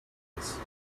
place